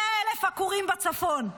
100,000 עקורים בצפון,